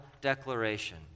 declaration